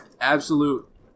absolute